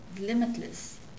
limitless